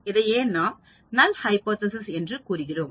இதையே நாம் நல் ஹைபோதேசிஸ்என்று கூறுகிறோம்